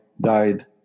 died